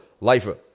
lifer